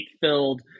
filled